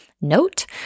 note